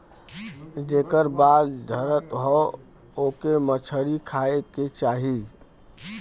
जेकर बाल झरत हौ ओके मछरी खाए के चाही